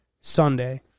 Sunday